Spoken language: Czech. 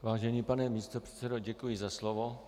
Vážený pane místopředsedo, děkuji za slovo.